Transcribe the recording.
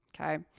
Okay